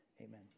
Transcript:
amen